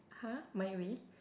!huh! my way